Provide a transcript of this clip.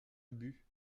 ubu